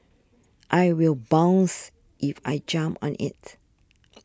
I will bounce if I jump on it